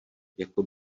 jako